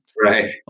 Right